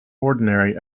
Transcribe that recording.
ordinary